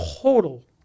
total